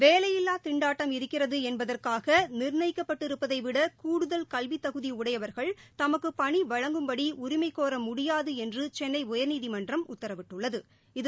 வேலையில்லாதிண்டாட்டம் இருக்கிறதுஎன்பதற்காகநிர்ணயிக்கப்பட்டதைவிடகூடுதல் கல்வித்தகுதிஉடையவர்கள் தமக்குபணிவழங்கும்படிஉரிமைகோரமுடியாதுஎன்றுசென்னைஉயா்நீதிமன்றம் உத்தரவிட்டுள்ளது